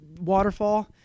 waterfall